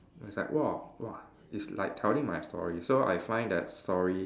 it's like !wah! !wah! it's like telling my story so I find that story